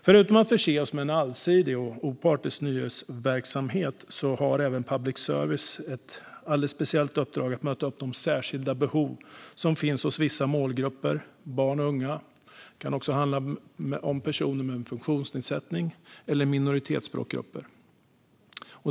Förutom att förse oss med en allsidig och opartisk nyhetsverksamhet har public service ett alldeles speciellt uppdrag att möta upp de särskilda behov som finns hos vissa målgrupper. Det kan handla om barn och unga, personer med funktionsnedsättning och minoritetsspråkgrupper.